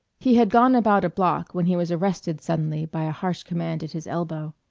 he had gone about a block when he was arrested suddenly by a harsh command at his elbow.